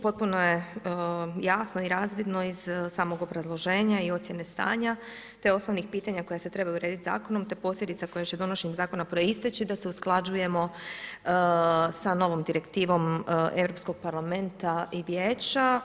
Potpuno je jasno i razvidno iz samog obrazloženja i ocjene stanja te osnovnih pitanja koja se trebaju urediti zakonom te posljedica koje će donošenjem zakona proistaći da se usklađujemo sa novom Direktivom Europskog parlamenta i Vijeća.